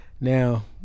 Now